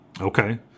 Okay